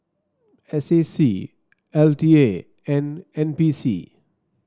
S A C L T A and N P C